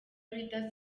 leaders